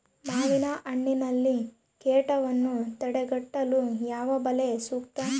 ಮಾವಿನಹಣ್ಣಿನಲ್ಲಿ ಕೇಟವನ್ನು ತಡೆಗಟ್ಟಲು ಯಾವ ಬಲೆ ಸೂಕ್ತ?